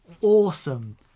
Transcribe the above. awesome